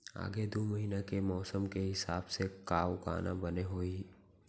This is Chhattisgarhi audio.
आगे दू महीना के मौसम के हिसाब से का उगाना बने होही?